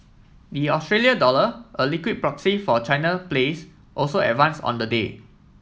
the Australia dollar a liquid proxy for China plays also advanced on the day